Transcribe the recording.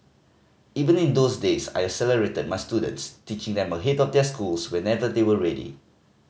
even in those days I accelerated my students teaching them ahead of their schools whenever they were ready